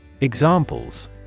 Examples